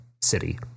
city